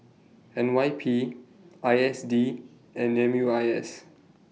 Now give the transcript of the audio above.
N Y P I S D and M U I S